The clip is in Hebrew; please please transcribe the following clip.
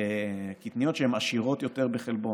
קטניות שהן עשירות יותר בחלבון.